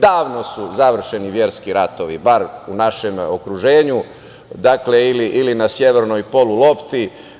Davno su završeni verski ratovi, bar u našem okruženju ili na severnoj polulopti.